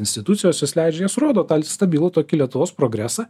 institucijos jos leidžia jos rodo stabilų tokį lietuvos progresą